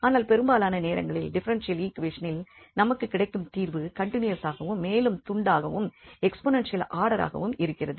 ஆனால் பெரும்பாலான நேரங்களில் டிஃபரென்ஷியல் ஈக்வேஷினில் நமக்கு கிடைக்கும் தீர்வு கன்டினியஸ் ஆகவும் மேலும் துண்டாகவும் எக்ஸ்போனென்ஷியல் ஆர்டராகவும் இருக்கிறது